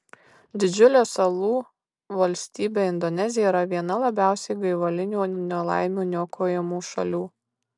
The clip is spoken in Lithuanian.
didžiulė salų valstybė indonezija yra viena labiausiai gaivalinių nelaimių niokojamų šalių